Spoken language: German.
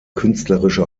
künstlerische